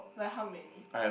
like how many